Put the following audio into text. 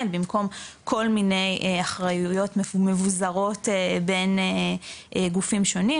במקום כל מיני אחריויות מבוזרות בין גופים שונים,